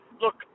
Look